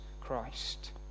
Christ